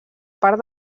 part